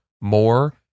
more